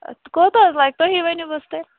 کوٗتاہ حظ لگہِ تُہی ؤنِو حظ تیٚلہِ